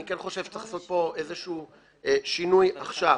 ואני כן חושב שצריך לעשות פה איזה שהוא שינוי עכשיו: